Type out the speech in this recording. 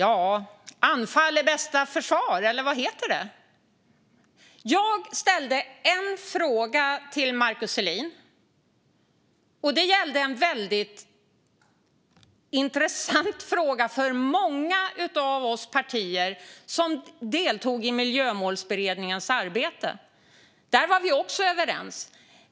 Fru talman! Anfall är bästa försvar, eller vad heter det? Jag ställde en fråga till Markus Selin, och det gällde något som många av oss partier som deltog i Miljömålsberedningens arbete tycker är väldigt intressant. Där var vi också överens.